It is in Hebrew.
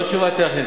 לא משהו טכני,